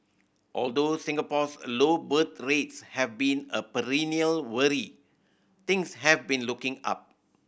although Singapore's low birth rates have been a perennial worry things have been looking up